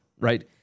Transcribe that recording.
right